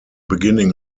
beginning